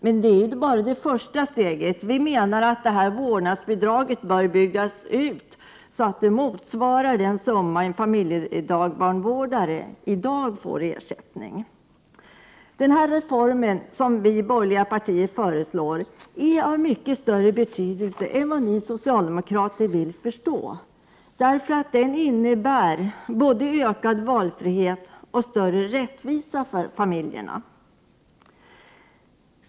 Detta är bara det första steget, vårdnadsbidraget bör byggas ut så att det motsvarar den summa som en familjedagbarnvårdare i dag får som ersättning. Den reform som vi borgerliga partier föreslår har mycket större betydelse än vad ni socialdemokrater vill förstå. Den innebär nämligen både ökad valfrihet och större rättvisa för familjerna.